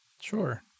Sure